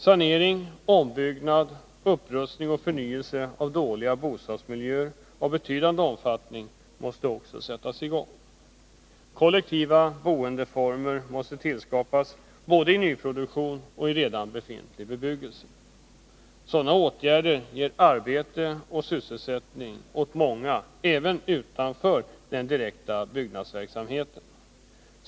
Sanering, ombyggnad, upprustning och förnyelse av dåliga bostadsmiljöer måste sättas i gång i betydande omfattning. Kollektiva boendeformer måste tillskapas, både i nyproduktionen och i redan befintlig bebyggelse. Sådana åtgärder ger arbete och sysselsättning åt många, även utanför den direkta byggnadsverksamheten.